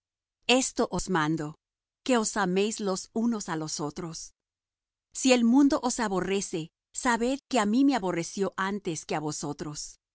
esto os mando que os améis los unos á los otros si el mundo os aborrece sabed que á mí me aborreció antes que á vosotros